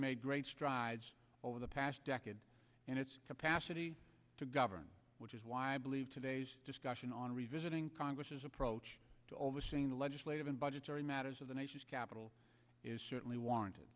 made great strides over the past decade and its capacity to govern which is why i believe today's discussion on revisiting congress's approach to overseeing the legislative and budgetary matters of the nation's capital is certainly warranted